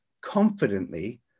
confidently